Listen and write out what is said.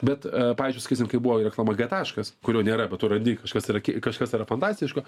bet pavyzdžiui sakysim kaip buvo reklama g taškas kurio nėra bet tu randi kažkas yra kažkas yra fantastiško